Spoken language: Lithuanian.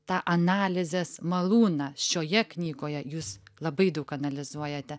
tą analizės malūną šioje knygoje jūs labai daug analizuojate